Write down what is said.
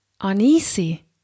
uneasy